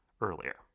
earlier